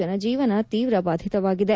ಜನಜೀವನ ತೀವ್ರ ಬಾಧಿತವಾಗಿದೆ